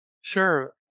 Sure